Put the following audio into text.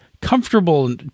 comfortable